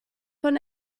von